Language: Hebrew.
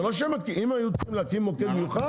אם היו צריכים להקים מוקד מיוחד,